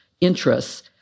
interests